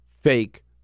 fake